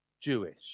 Jewish